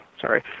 sorry